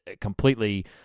completely